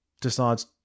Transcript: decides